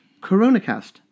coronacast